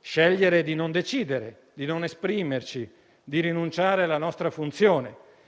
scegliere di non decidere, di non esprimerci, di rinunciare alla nostra funzione,